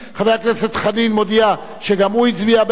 חבר הכנסת חנין מודיע שגם הוא הצביע בעד,